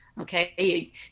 Okay